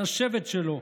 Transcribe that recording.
על השבט שלו,